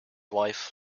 wife